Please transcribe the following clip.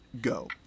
Go